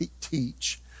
teach